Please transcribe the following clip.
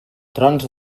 trons